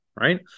right